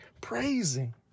praising